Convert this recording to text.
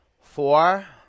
four